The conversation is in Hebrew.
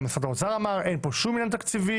גם משרד האוצר אמר שאין פה שום עניין תקציבי,